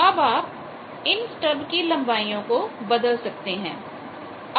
अब आप इन स्टब की लंबाईओं को बदल सकते हैं